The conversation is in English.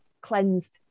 cleansed